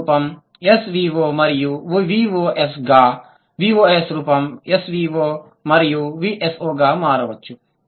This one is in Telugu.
VSO రూపం SVO మరియు VOS గా VOS రూపం SVO మరియు VSO గా మారవచ్చు